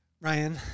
Ryan